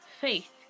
faith